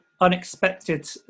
unexpected